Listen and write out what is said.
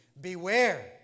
Beware